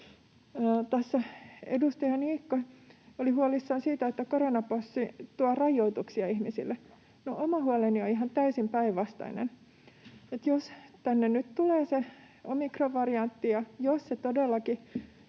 Edustaja Niikko oli huolissaan siitä, että koronapassi tuo rajoituksia ihmisille. No, oma huoleni on ihan täysin päinvastainen: jos tänne nyt tulee se omikronvariantti